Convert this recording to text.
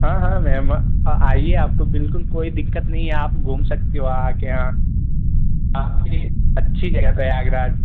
हाँ हाँ मैम आ आइए आपको बिल्कुल कोई दिक़्क़त नहीं है आप घूम सकते हो आकर यहाँ आपकी अच्छी जगह पर है प्रयागराज